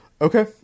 okay